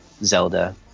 zelda